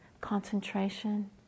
concentration